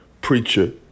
preacher